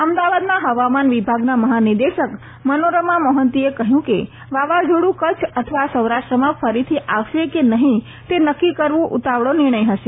અમદાવાદના હવામાન વિભાગના મહા નિદેશક મનોરમા મોહંતીએ કહયું કે વાવાઝોડ્ કચ્છ અથવા સોરાષ્ટ્રમાં ફરીથી આવશે કેનહી તે નકકી કરવુ ઉતાવળો નિર્ણય હશે